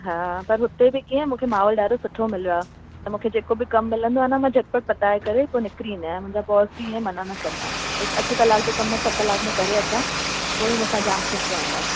हा पर हुते बि कीअं मूंखे माहोल ॾाढो सुठो मिलियो आहे त मूंखे जेको बि कमु मिलंदो आहे न मां झटिपटि पताए करे पोइ निकिरी वेंदी आहियां बॉस बि इअं मना न कंदा आहिनि भई अठें कलाक जो कमु छह कलाकु में करे अचां पोइ बि मूंसां जामु ख़ुशि रहंदा आहिनि